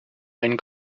einen